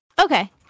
Okay